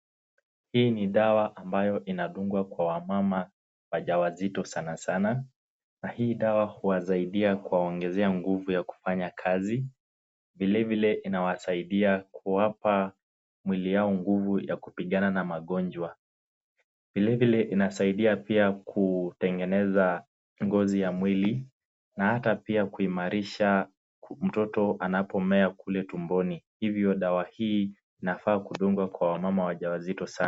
Hii ni dawa ambayo inadungwa kwa wamama wajawazito sana sana na hii dawa huwasaidia kwa kuwaongezea nguvu ya kuwafanya kazi. Vile vile inawasaidia kuwapa mwili yao nguvu ya kupigana na magonjwa. Vile vile inasaidia pia kutengeneza ngozi ya mwili na hata pia kuimarisha mtoto anapomea kule tumboni. Hivyo dawa hii inafaa kwa wamama wajawazito sana.